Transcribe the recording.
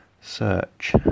Search